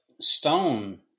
stone